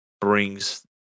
brings